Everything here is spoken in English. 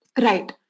Right